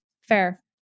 Fair